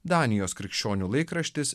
danijos krikščionių laikraštis